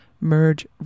Merge